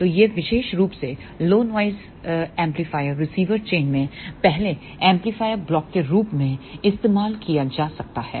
तो यह विशेष रूप से low noise amplifier receiver chain में पहले एम्पलीफायर ब्लॉक के रूप में इस्तेमाल किया जा सकता है